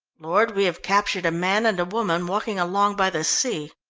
lord, we have captured a man and a woman walking along by the sea.